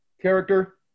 character